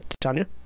Tanya